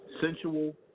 sensual